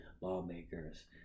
lawmakers